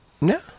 No